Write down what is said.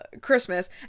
Christmas